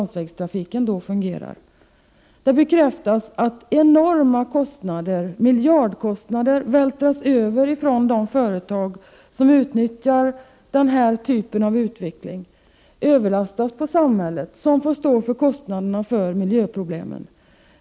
Det bekräftades att enorma kostnader, miljardkostnader, vältras över på staten från de företag som utnyttjar denna typ av utveckling. Samhället får stå för kostnaderna för miljöproblemen.